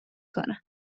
کنم